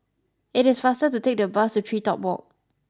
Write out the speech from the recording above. it is faster to take the bus to TreeTop Walk